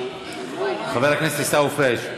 חבר הכנסת עיסאווי פריג';